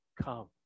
come